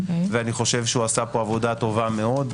ואני חושב שהוא עשה פה עבודה טובה מאוד.